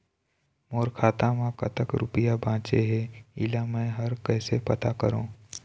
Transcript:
मोर खाता म कतक रुपया बांचे हे, इला मैं हर कैसे पता करों?